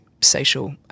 social